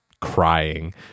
crying